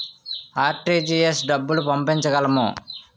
RTGS డబ్బులు పంపించగలము?